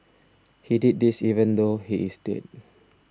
he did this even though he is dead